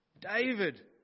David